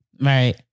Right